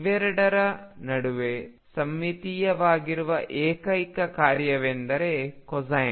ಇವೆರಡರ ನಡುವೆ ಸಮ್ಮಿತೀಯವಾಗಿರುವ ಏಕೈಕ ಕಾರ್ಯವೆಂದರೆ ಕೊಸೈನ್